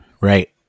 Right